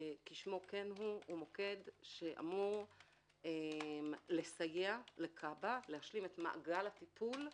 כשמו כן הוא הוא אמור לסייע לכב"ה להשלים את מעגל הטיפול,